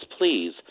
please